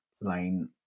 line